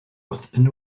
within